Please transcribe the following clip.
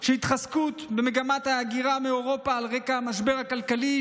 של התחזקות במגמת ההגירה מאירופה על רקע המשבר הכלכלי,